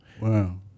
Wow